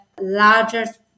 largest